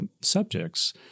subjects